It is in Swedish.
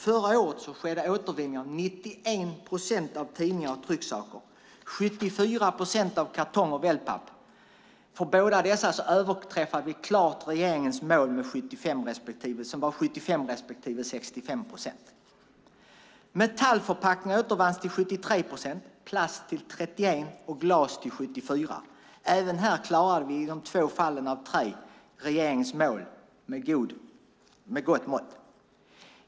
Förra året återvanns 91 procent av tidningar och trycksaker och 74 procent av kartong och wellpapp. För bådadera överträffade vi klart regeringens mål om 75 procent respektive 65 procent. Metallförpackningar återvanns till 73 procent, plast till 31 procent och glas till 74 procent. Även här klarade vi i två fall av tre regeringens mål med god marginal.